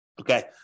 Okay